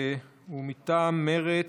מטעם מרצ,